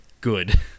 good